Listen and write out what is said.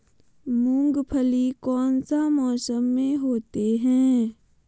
मूंगफली कौन सा मौसम में होते हैं?